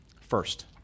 First